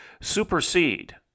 supersede